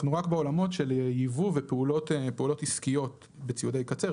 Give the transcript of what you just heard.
אנחנו רק בעולמות של ייבוא ופעולות עסקיות בציודי קצה,